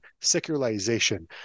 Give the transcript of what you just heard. secularization